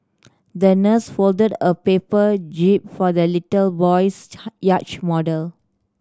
the nurse folded a paper jib for the little boy's yacht model